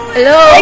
Hello